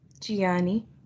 Gianni